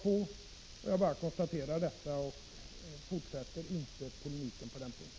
Jag konstaterar som sagt bara detta och fortsätter inte polemiken på den punkten.